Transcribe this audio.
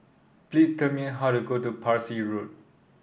please tell me how to go to Parsi Road